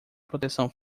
proteção